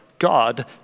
God